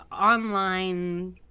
online